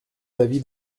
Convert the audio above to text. l’avis